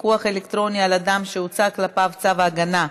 פיקוח אלקטרוני על אדם שהוצא כלפיו צו הגנה),